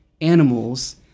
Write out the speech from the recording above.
animals